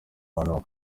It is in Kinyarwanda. bantu